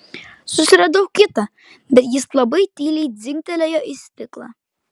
susiradau kitą bet jis labai tyliai dzingtelėjo į stiklą